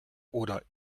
oder